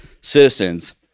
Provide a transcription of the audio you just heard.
citizens